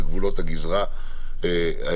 בגבולות הגזרה האלה.